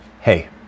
Hey